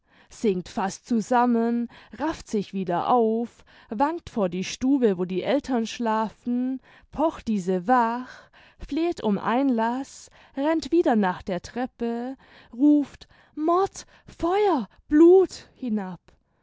sinkt fast zusammen rafft sich wieder auf wankt vor die stube wo die eltern schlafen pocht diese wach fleht um einlaß rennt wieder nach der treppe ruft mord feuer blut hinab